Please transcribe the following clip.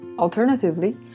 Alternatively